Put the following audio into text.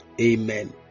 Amen